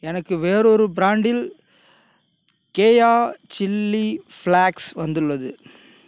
எனக்கு வேறொரு பிராண்டில் கேயா சில்லி ஃப்ளாக்ஸ் வந்துள்ளது